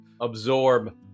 absorb